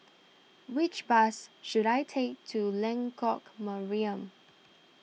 which bus should I take to Lengkok Mariam